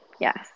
Yes